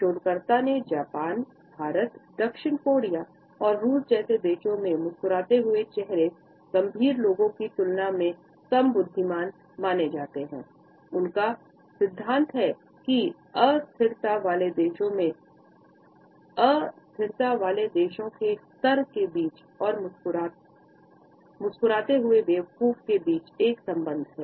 शोधकर्ता ने जापान भारत दक्षिण कोरिया और रूस जैसे देशों में मुस्कुराते हुए चेहरे अस्थिरता वाले देशों के स्तर के बीच और मुस्कुराते हुए बेवकूफ के बीच एक संबंध है